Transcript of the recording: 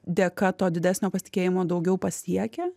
dėka to didesnio pasitikėjimo daugiau pasiekia